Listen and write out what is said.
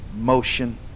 motion